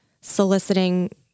soliciting